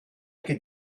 could